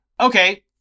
okay